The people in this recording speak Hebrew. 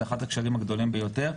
זה אחד הכשלים הגדולים ביותר.